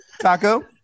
Taco